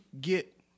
get